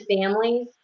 families